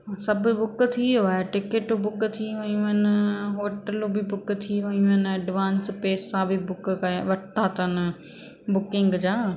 सभु बुक थी वियो आहे टिकिट बुक थी वियूं आहिनि होटलियूं बि बुक थी वेयूं आहिनि एडवांस पैसा बि बुक करे वरिता अथनि बुकिंग जा